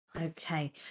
Okay